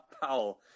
Powell